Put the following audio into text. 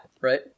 right